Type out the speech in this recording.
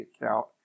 account